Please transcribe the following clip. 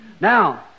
Now